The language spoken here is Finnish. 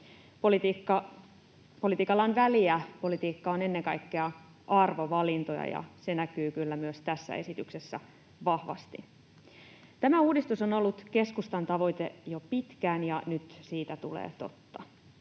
Politiikalla on väliä, politiikka on ennen kaikkea arvovalintoja, ja se näkyy kyllä myös tässä esityksessä vahvasti. Tämä uudistus on ollut keskustan tavoite jo pitkään, ja nyt siitä tulee totta.